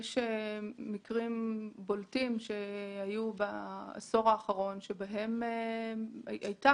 יש מקרים בולטים שהיו בעשור האחרון שבהם הייתה